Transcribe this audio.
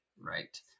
Right